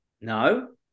No